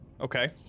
okay